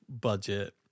budget